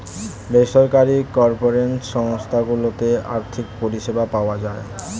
বেসরকারি কর্পোরেট সংস্থা গুলোতে আর্থিক পরিষেবা পাওয়া যায়